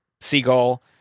seagull